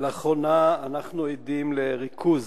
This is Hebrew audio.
לאחרונה אנחנו עדים לריכוז